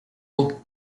pot